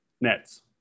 Nets